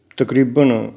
ਤਕਰੀਬਨ